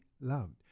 loved